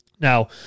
Now